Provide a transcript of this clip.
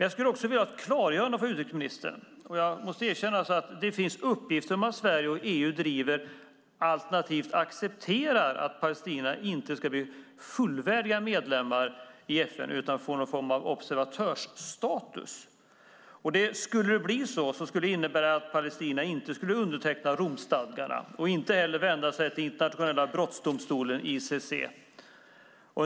Jag skulle också vilja ha ett klargörande från utrikesministern. Det finns uppgifter om att Sverige och EU driver, alternativt accepterar, att Palestina inte ska bli en fullvärdig medlem i FN utan få någon form av observatörsstatus. Skulle det bli så skulle det innebära att palestinierna inte skulle underteckna Romstadgarna eller vända sig till Internationella brottmålsdomstolen, ICC.